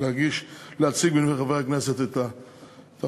להציג בפני חברי הכנסת את החוק,